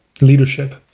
leadership